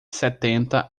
setenta